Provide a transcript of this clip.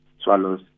Swallows